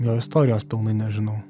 jo istorijos pilnai nežinau